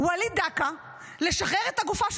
וליד דקה, לשחרר את הגופה שלו.